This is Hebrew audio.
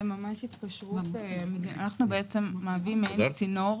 אנחנו מהווים מעין צינור